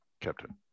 Captain